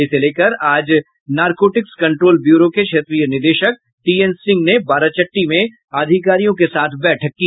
इसे लेकर आज नारकोटिक्स कंट्रोल ब्यूरो के क्षेत्रीय निदेशक टीएन सिंह ने बाराचट्टी में अधिकारियों के साथ बैठक की